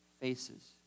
faces